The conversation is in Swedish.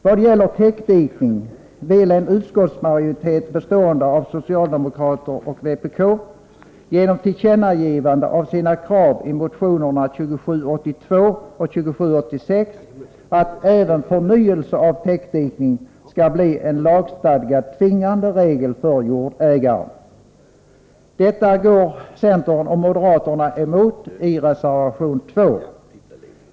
Vad gäller täckdikning vill en utskottsmajoritet bestående av socialdemokrater och vpk att kraven i deras i motioner 2782 och 2786 på förnyelse av täckdikning skall införas i en lagstadgad för jordägaren tvingande regel. Detta går centerpartiet och moderaterna emot i reservation 2.